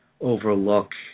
overlook